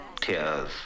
tears